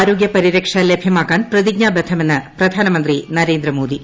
ആരോഗൃ പരിരക്ഷ ലഭൃമാക്കാൻ പ്രതിജ്ഞാബദ്ധമെന്ന് പ്രധാനമന്ത്രി നരേന്ദ്രമോദി